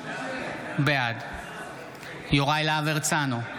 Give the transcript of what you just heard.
בעד יוראי להב הרצנו,